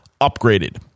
upgraded